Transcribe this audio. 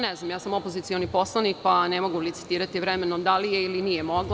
Ne znam, ja sam opozicioni poslanik, pa ne mogu licitirati vremenom da li je ili nije mogla.